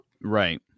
right